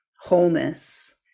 wholeness